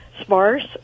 sparse